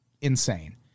insane